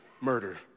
murder